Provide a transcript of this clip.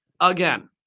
Again